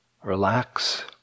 relax